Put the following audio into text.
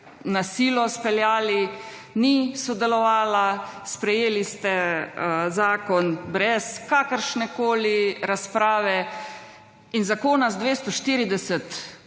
na silo speljali ni sodelovala, sprejeli ste zakon brez kakršnekoli razprave in zakona z 240